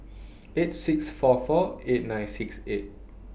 eight six four four eight nine six eight